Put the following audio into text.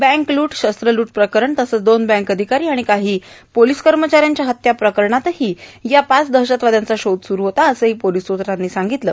bank लूट शस्त्र लूट प्रकरण तसंच दोन बँक अधिकारी आणि काही पोलीस कर्मचाऱ्यांच्या हत्या प्रकरणात या पाचही दहशतवाद्यांचा शोध सुरू होता असंही पोलीस सूत्रांनी सांगितलं